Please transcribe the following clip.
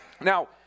Now